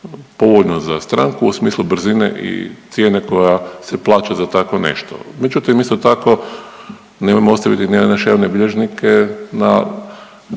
povoljno za stranku u smislu brzine i cijene koja se plaća za tako nešto. Međutim, isto tako nemojmo ostaviti …/Govornik se ne razumije./… javne bilježnike na brisanom